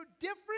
different